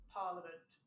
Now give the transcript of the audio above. parliament